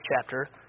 chapter